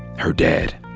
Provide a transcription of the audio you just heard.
her dad,